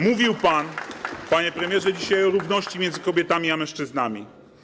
Mówił pan, panie premierze, dzisiaj o równości między kobietami a mężczyznami.